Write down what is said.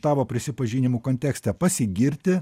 tavo prisipažinimų kontekste pasigirti